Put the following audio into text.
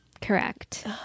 correct